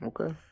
okay